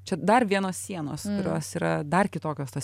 čia dar vienos sienos kurios yra dar kitokios tos